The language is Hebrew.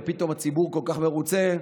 ופתאום הציבור כל כך מרוצה.